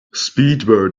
speedbird